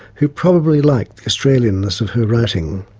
who probably liked the australianness of her writing.